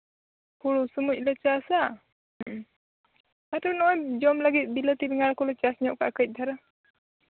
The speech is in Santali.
ᱦᱩᱲᱩ ᱥᱚᱢᱚᱭᱞᱮ ᱪᱟᱥᱼᱟ ᱦᱮᱸ ᱟᱨᱚ ᱱᱚᱜᱼᱚᱣ ᱡᱚᱢ ᱞᱟᱹᱜᱤᱫ ᱵᱤᱞᱟᱹᱛᱤ ᱵᱮᱸᱜᱟᱲ ᱠᱚᱞᱮ ᱪᱟᱥ ᱧᱚᱜ ᱠᱟᱜᱼᱟ ᱠᱟᱹᱡ ᱫᱷᱟᱨᱟ